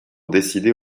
décider